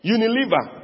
Unilever